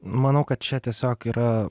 manau kad čia tiesiog yra